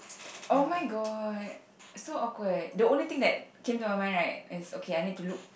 oh-my-god so awkward the only thing that came to my mind right is okay I need to look